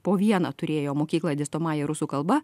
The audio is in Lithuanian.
po vieną turėjo mokyklą dėstomąja rusų kalba